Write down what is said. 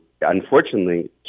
Unfortunately